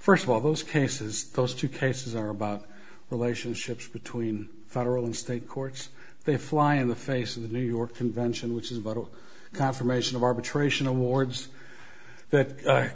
first one of those cases those two cases are about relationships between federal and state courts they fly in the face of the new york convention which is vital confirmation of arbitration awards that